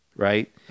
right